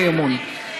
לתיקון פקודת הראיות (מס' 18),